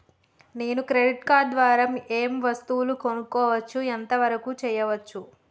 నేను credit card ద్వారా ఏం వస్తువులు కొనుక్కోవచ్చు ఎంత వరకు చేయవచ్చు?